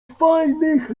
fajnych